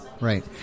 right